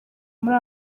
muri